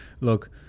look